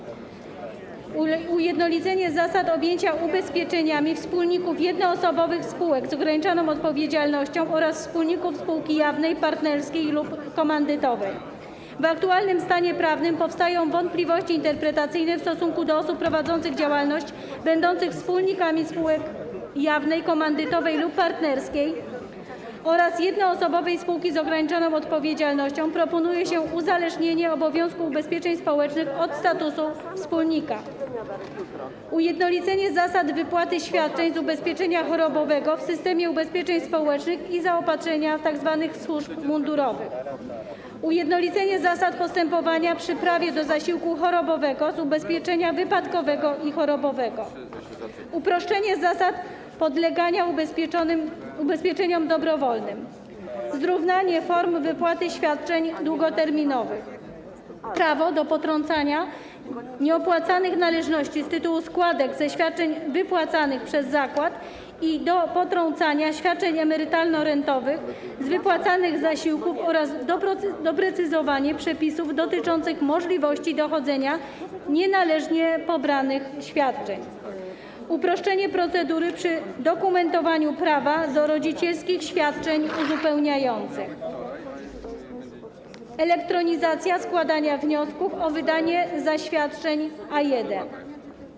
I tak: ujednolicenie zasad objęcia ubezpieczeniami wspólników jednoosobowych spółek z o.o. oraz wspólników spółki jawnej, partnerskiej lub komandytowej - w aktualnym stanie prawnym powstają wątpliwości interpretacyjne w stosunku do osób prowadzących działalność będących wspólnikami spółek: jawnej, komandytowej lub partnerskiej oraz jednoosobowej spółki z o.o.; proponuje się uzależnienie obowiązku ubezpieczeń społecznych od statusu wspólnika; ujednolicenie zasad wypłaty świadczeń z ubezpieczenia chorobowego w systemie ubezpieczeń społecznych i zaopatrzenia tzw. służb mundurowych; ujednolicenie zasad postępowania przy prawie do zasiłku chorobowego z ubezpieczenia wypadkowego i chorobowego; uproszczenie zasad podlegania ubezpieczeniom dobrowolnym; zrównanie form wypłaty świadczeń długoterminowych; prawo do potrącania nieopłaconych należności z tytułu składek ze świadczeń wypłacanych przez zakład i do potrącania świadczeń emerytalno-rentowych z wypłacanych zasiłków oraz doprecyzowanie przepisów dotyczących możliwości dochodzenia nienależnie pobranych świadczeń; uproszczenie procedury przy dokumentowaniu prawa do rodzicielskich świadczeń uzupełniających; elektronizacja składania wniosków o wydanie zaświadczeń A1.